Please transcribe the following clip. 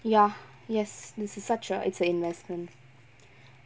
ya yes this is such a it's an investment